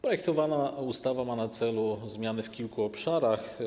Projektowana ustawa ma na celu zmiany w kilku obszarach.